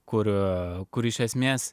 kur iš esmės